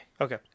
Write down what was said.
Okay